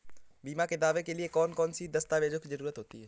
बीमा के दावे के लिए कौन कौन सी दस्तावेजों की जरूरत होती है?